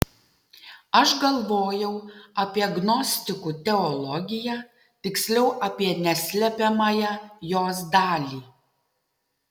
aš galvojau apie gnostikų teologiją tiksliau apie neslepiamąją jos dalį